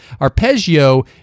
arpeggio